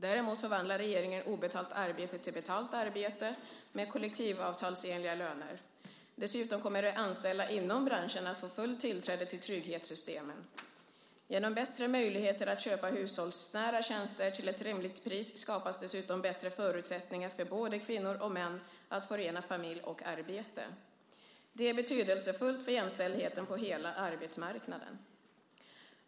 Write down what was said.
Däremot förvandlar regeringen obetalt arbete till betalt arbete med kollektivavtalsenliga löner. Dessutom kommer de anställda inom branschen att få fullt tillträde till trygghetssystemen. Genom bättre möjligheter att köpa hushållsnära tjänster till ett rimligt pris skapas dessutom bättre förutsättningar för både kvinnor och män att förena familj och arbete. Det är betydelsefullt för jämställdheten på hela arbetsmarknaden.